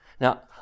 Now